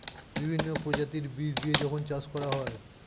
বিভিন্ন প্রজাতির বীজ দিয়ে যখন চাষ করা হয়